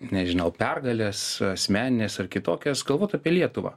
nežinau pergales asmenines ar kitokias galvot apie lietuvą